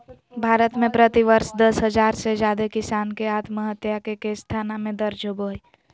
भारत में प्रति वर्ष दस हजार से जादे किसान के आत्महत्या के केस थाना में दर्ज होबो हई